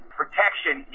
protection